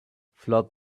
flood